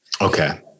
Okay